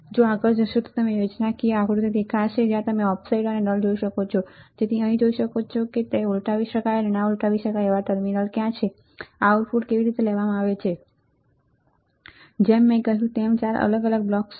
જો આગળ જશો તો તમને યોજનાકીય આકૃતિ દેખાશે જ્યાં તમે ઑફસેટ અને નલ જોઈ શકો છો તમે અહીં જોઈ શકો છો કે ઉલટાવી શકાય અને ના ઉલટાવી શકાય ટર્મિનલ ક્યાં છે આઉટપુટ કેવી રીતે લેવામાં આવે છે અને જેમ મેં કહ્યું કે તેમાં 4 અલગ અલગ બ્લોક્સ છે